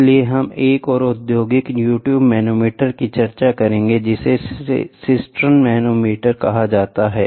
इसलिए हम एक और औद्योगिक यू ट्यूब मैनोमीटर की चर्चा करेंगे जिसे सिस्टर्न मैनोमीटर कहा जाता है